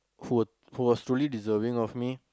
who was who was truly deserving of me